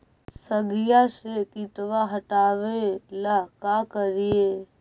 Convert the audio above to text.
सगिया से किटवा हाटाबेला का कारिये?